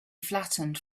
flattened